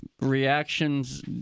reactions